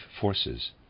forces